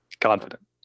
Confident